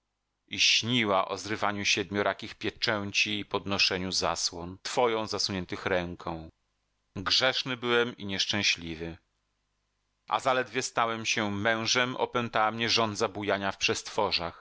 i śniła o zrywaniu siedmiorakich pieczęci i podnoszeniu zasłon twoją zasuniętych ręką grzeszny byłem i nieszczęśliwy a zaledwie stałem się mężem opętała mnie żądza bujania w przestworzach